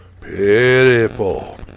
Pitiful